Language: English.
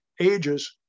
ages